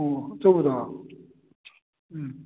ꯑꯣ ꯑꯆꯧꯕꯗꯣ ꯎꯝ